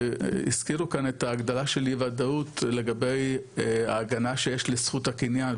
הזכירו כאן את ההגדלה של אי וודאות לגבי ההגנה שיש לזכות הקניין,